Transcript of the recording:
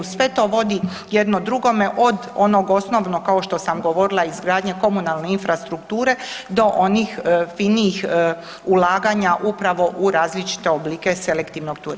Sve to vodi jedno drugome od onog osnovnog kao što sam govorila izgradnja komunalne infrastrukture do onih finijih ulaganja upravo u različite oblike selektivnog turizma.